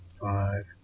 Five